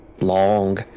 long